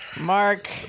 Mark